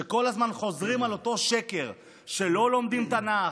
שכל הזמן חוזרים על אותו שקר שלא לומדים תנ"ך,